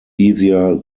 easier